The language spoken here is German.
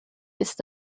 ist